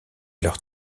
leur